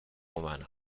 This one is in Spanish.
humano